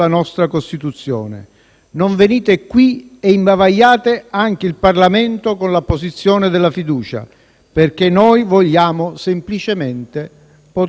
Non venite qui e imbavagliate anche il Parlamento con l'apposizione della fiducia perché noi vogliamo semplicemente poter discutere».